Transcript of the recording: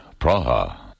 Praha